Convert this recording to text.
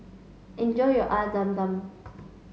enjoy your air Zam Zam